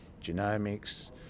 genomics